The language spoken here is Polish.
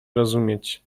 rozumieć